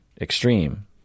extreme